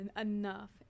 enough